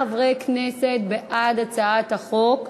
שמונה חברי כנסת בעד הצעת החוק,